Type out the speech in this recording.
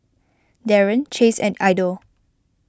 Daren Chase and Idell